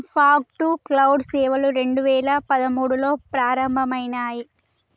fog to cloud సేవలు రెండు వేల పదమూడులో ప్రారంభమయినాయి